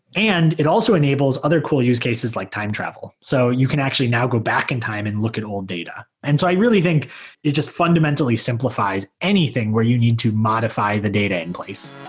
and it also enables other cool use cases like time travel. so you can actually now go back in time and look at old data. and so i really think it just fundamentally simplifies anything where you need to modify the data in place.